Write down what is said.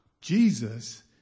Jesus